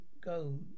go